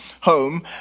home